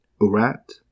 Urat